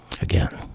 Again